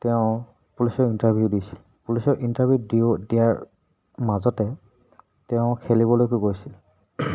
তেওঁ পুলিচৰ ইণ্টাৰভিউ দিছিল পুলিচৰ ইণ্টাৰভিউ দিয়াৰ মাজতে তেওঁ খেলিবলৈকো গৈছিল